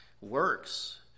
works